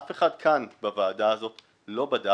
אף אחד כאן בוועדה הזאת לא בדק